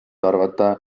arvata